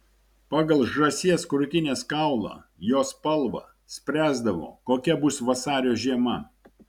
pagal žąsies krūtinės kaulą jo spalvą spręsdavo kokia bus vasario žiema